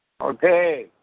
Okay